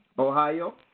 Ohio